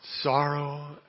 Sorrow